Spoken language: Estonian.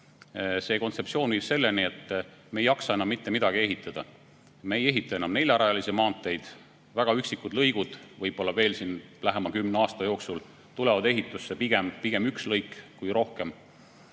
See kontseptsioon viib selleni, et me ei jaksa enam mitte midagi ehitada. Me ei ehita enam neljarajalisi maanteid. Väga üksikud lõigud võib-olla lähema kümne aasta jooksul tulevad ehitusse, pigem üksainus lõik kui rohkem.